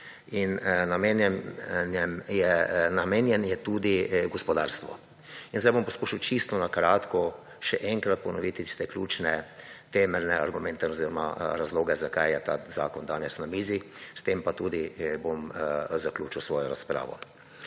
in namenjen je tudi gospodarstvo. In zdaj bom poskušal čisto na kratko še enkrat ponoviti tiste ključne temeljne argumente oziroma razloge, zakaj je ta zakon danes na mizi. S tem pa tudi bom zaključil svojo razpravo.